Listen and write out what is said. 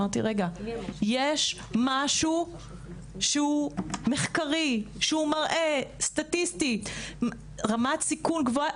יש משהו מחקרי, שמראה סטטיסטית רמת סיכון גבוהה?